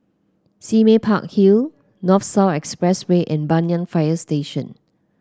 Sime Park Hill North South Expressway and Banyan Fire Station